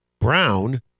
Brown